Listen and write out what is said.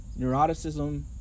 neuroticism